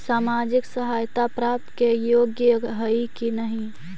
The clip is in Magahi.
सामाजिक सहायता प्राप्त के योग्य हई कि नहीं?